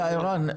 עירן,